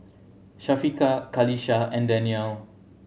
Syafiqah Qalisha and Daniel